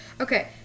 Okay